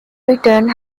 return